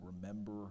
remember